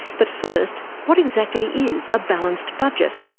but first, what exactly is a balanced budget?